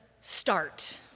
start